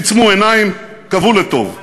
עצמו עיניים, קוו לטוב.